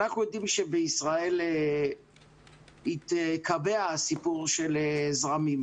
אנחנו יודעים שבישראל התקבע הסיפור של זרמים.